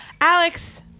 Alex